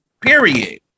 period